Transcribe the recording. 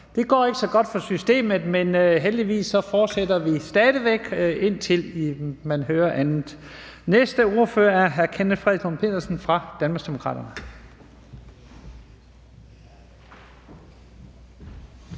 det går ikke så godt for systemet, men vi fortsætter stadig væk, indtil man hører andet. Næste ordfører er hr. Kenneth Fredslund Petersen fra Danmarksdemokraterne.